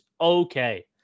okay